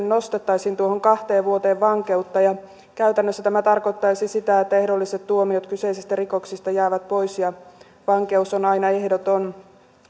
nostettaisiin kahteen vuoteen vankeutta ja käytännössä tämä tarkoittaisi sitä että ehdolliset tuomiot kyseisistä rikoksista jäävät pois ja vankeus on aina ehdoton